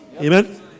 Amen